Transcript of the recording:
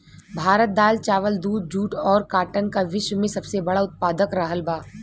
भारत दाल चावल दूध जूट और काटन का विश्व में सबसे बड़ा उतपादक रहल बा